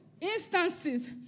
instances